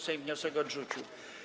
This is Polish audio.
Sejm wniosek odrzucił.